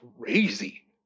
crazy